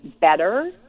better